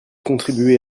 contribuer